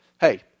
Hey